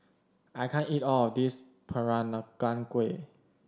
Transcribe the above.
I can't eat all of this Peranakan Kueh